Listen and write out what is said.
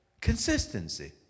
consistency